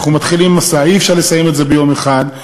אנחנו מתחילים מסע, אי-אפשר לסיים את זה ביום אחד.